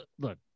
Look